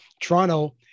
Toronto